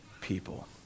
people